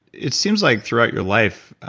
it seems like throughout your life,